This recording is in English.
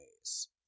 ways